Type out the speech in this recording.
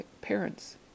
parents